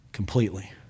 Completely